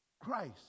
Christ